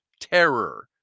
terror